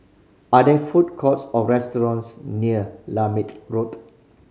are there food courts or restaurants near Lermit Road